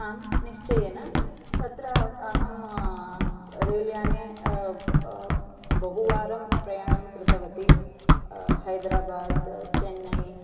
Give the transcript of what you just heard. आम् निश्चयेन तत्र अहं रेलयाने बहु वारं प्रयाणं कृतवती हैदेराबाद् चेन्नै